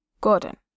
Gordon